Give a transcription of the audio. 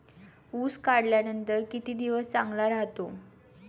ऊस काढल्यानंतर किती दिवस चांगला राहतो?